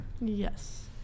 yes